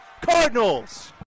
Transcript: Cardinals